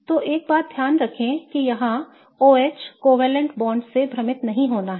तो एक बात ध्यान रखें कि यहां OH सहसंयोजक बॉन्ड से भ्रमित नहीं होना है